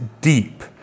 deep